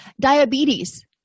Diabetes